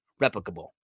replicable